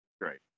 Great